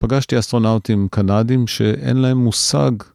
פגשתי אסטרונאוטים קנדים שאין להם מושג.